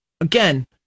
again